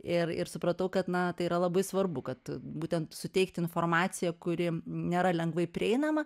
ir ir supratau kad na tai yra labai svarbu kad būtent suteikti informaciją kuri nėra lengvai prieinama